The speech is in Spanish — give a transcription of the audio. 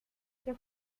que